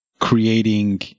creating